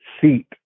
seat